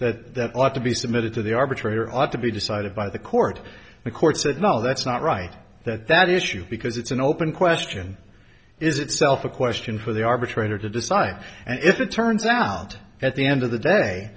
that ought to be submitted to the arbitrator ought to be decided by the court the court said no that's not right that that issue because it's an open question is itself a question for the arbitrator to decide and if it turns out at the end of the day